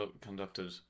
conducted